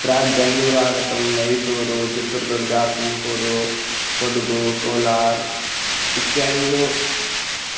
प्राक् बेङ्गलूरु आगतं मैसूरु चित्रदुर्गा तुम्कूरु कोड्गु कोलार् इत्यादिषु